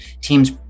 teams